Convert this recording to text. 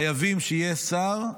חייבים שיהיה שר,